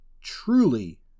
truly